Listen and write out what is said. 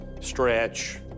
Stretch